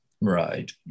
Right